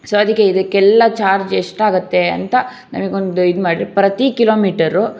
so ಅದಕ್ಕೆ ಇದಕ್ಕೆಲ್ಲ charge ಎಷ್ಟಾಗತ್ತೆ ಅಂತ ನಮಗ್ ಒಂದು ಇದು ಮಾಡಿರಿ ಪ್ರತಿ ಕಿಲೋಮೀಟರು